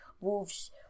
Wolves